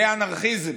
זה אנרכיזם.